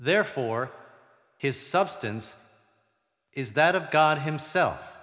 therefore his substance is that of god himself